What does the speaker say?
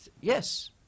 yes